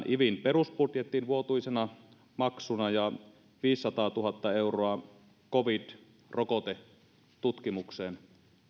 ivin perusbudjettiin vuotuisena maksuna ja viisisataatuhatta euroa covid rokotetutkimukseen